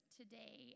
today